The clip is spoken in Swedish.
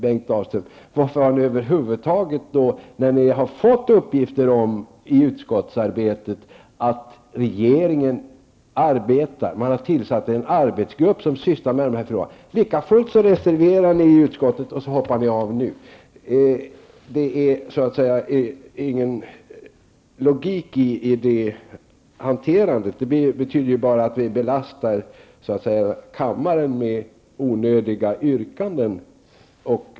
Bengt Dalström, ni har i utskottet fått uppgifter om att regeringen har tillsatt en arbetsgrupp som sysslar med dessa frågor. Ni reserverade er ändå i utskottet, och hoppar av det nu. Det finns ingen logik i den hanteringen. Det medför bara att ni belastar utskottet med arbete och kammaren med onödiga yrkanden.